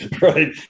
Right